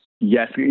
yes